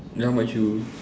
then how much you